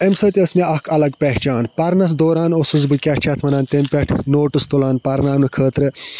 اَمہِ سۭتۍ ٲسۍ مےٚ اَکھ الگ پہچان پَرنَس دوران اوسُس بہٕ کیٛاہ چھِ اَتھ وَنان تمہِ پٮ۪ٹھ نوٹٕس تُلان پَرناونہٕ خٲطرٕ